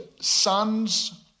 sons